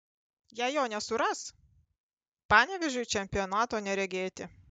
jei jo nesuras panevėžiui čempionato neregėti